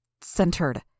centered